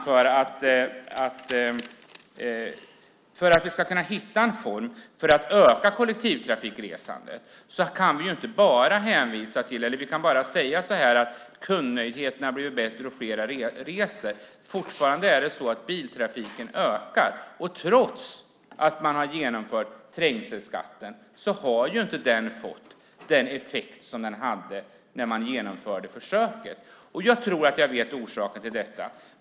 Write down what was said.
För att vi ska hitta en form för att öka kollektivtrafikresandet kan vi inte bara säga att kundnöjdheten har blivit större och fler reser. Fortfarande är det så att biltrafiken ökar. Trots att man har infört trängselskatt har den inte fått den effekt som den hade när försöket genomfördes. Jag tror att jag vet orsaken till detta.